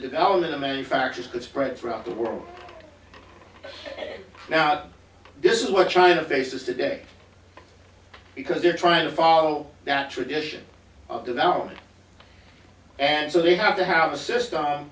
development of manufactures could spread throughout the world now that this is what china faces today because they're trying to follow that tradition of development and so they have to have a system